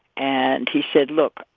and he said, look,